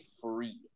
free